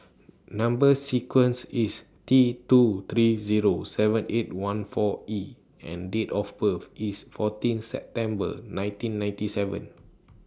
Number sequence IS T two three Zero seven eight one four E and Date of birth IS fourteen September nineteen ninety seven